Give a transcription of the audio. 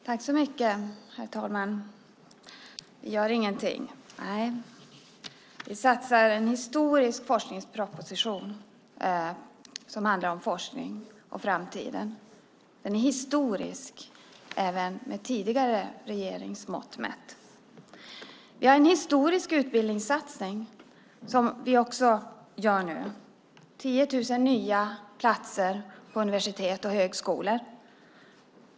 Herr talman! Vi gör ingenting, sades det. Vi har satsat på en historiskt stor forskningsproposition som handlar om forskningen och framtiden. Den är historisk mätt även med tidigare regerings mått. Vi gör en historisk utbildningssatsning. Det handlar om 10 000 nya platser på universitet och högskolor.